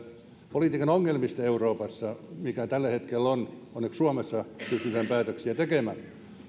politiikan ongelmista euroopassa mitä tällä hetkellä on onneksi suomessa pystytään päätöksiä tekemään